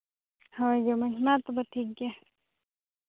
ᱦᱳᱭ ᱡᱚᱢᱟᱧ ᱢᱟ ᱛᱚᱵᱮ ᱴᱷᱤᱠ ᱜᱮᱭᱟ